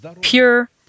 pure